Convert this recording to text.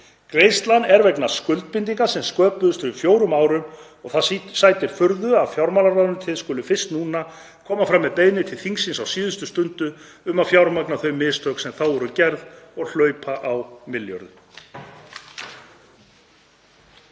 Greiðslan er vegna skuldbindinga sem sköpuðust fyrir fjórum árum og það sætir furðu að fjármálaráðuneytið skuli fyrst núna koma fram með beiðni til þingsins, á síðustu stundu, um að fjármagna þau mistök sem þá voru gerð og hlaupa á milljörðum.